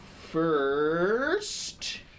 first